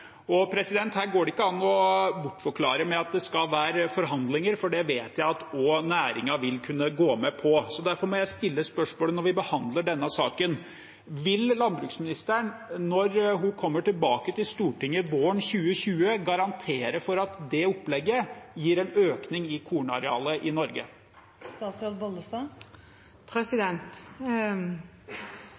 Her går det ikke an å bortforklare med at det skal være forhandlinger, for dette vet jeg at også næringen vil kunne gå med på. Derfor må jeg stille spørsmålet når vi behandler denne saken: Vil landbruksministeren når hun kommer tilbake til Stortinget våren 2020, garantere for at det opplegget gir en økning i kornarealet i Norge? Som statsråd